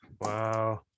wow